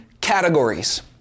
categories